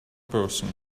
person